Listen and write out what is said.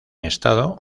estado